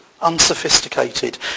unsophisticated